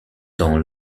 dans